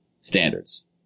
standards